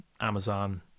Amazon